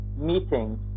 meetings